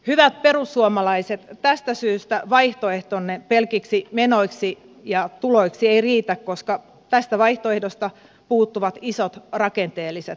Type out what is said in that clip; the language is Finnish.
hyvät perussuomalaiset tästä syystä vaihtoehtonne pelkiksi menoiksi ja tuloiksi ei riitä koska tästä vaihtoehdosta puuttuvat isot rakenteelliset ratkaisut